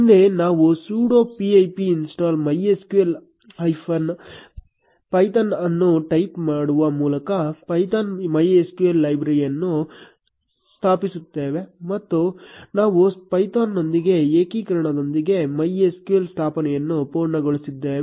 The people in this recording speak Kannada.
ಮುಂದೆ ನಾವು sudo pip install MySQL hyphen Python ಅನ್ನು ಟೈಪ್ ಮಾಡುವ ಮೂಲಕ ಪೈಥಾನ್ MySQL ಲೈಬ್ರರಿಯನ್ನು ಸ್ಥಾಪಿಸುತ್ತೇವೆ ಮತ್ತು ನಾವು ಪೈಥಾನ್ನೊಂದಿಗೆ ಏಕೀಕರಣದೊಂದಿಗೆ MySQL ಸ್ಥಾಪನೆಯನ್ನು ಪೂರ್ಣಗೊಳಿಸಿದ್ದೇವೆ